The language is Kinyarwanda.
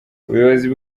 ubuyobozi